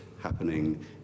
happening